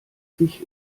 sich